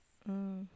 mm